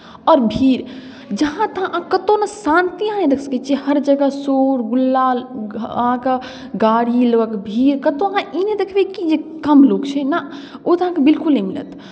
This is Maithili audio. आओर भीड़ जहाँ तहाँ अहाँ कतहु ने शांति अहाँ नहि देख सकै छियै हर जगह शोरगुल्ला अहाँके गाड़ी लोकक भीड़ कतहु अहाँ ई नहि देखबै कि जे कम लोक छै ना ओ तऽ अहाँकेँ बिल्कुल नहि मिलत